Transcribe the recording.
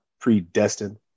predestined